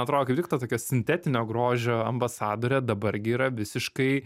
man atrodo kaip tik tokia sintetinio grožio ambasadorė dabar gi yra visiškai